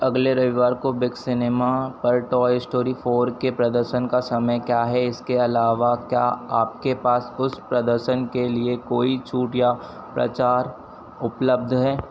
अगले रविवार को बिग सिनेमा पर टॉय स्टोरी फ़ोर के प्रदर्शन का समय क्या है इसके अलावा क्या आपके पास उस प्रदर्शन के लिए कोई छूट या प्रचार उपलब्ध है